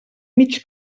mig